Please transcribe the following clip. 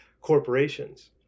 corporations